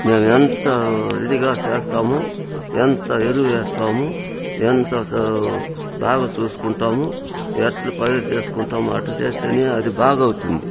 మేము ఎంత ఇదిగా చేస్తాము ఎంత ఎరువు వేస్తాము ఎంత సా బాగ చూసుకుంటాము ఎట్ల పైరు చేసుకుంటామో అట్ల చేస్తేనే అది బాగవుతుంది